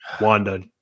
wanda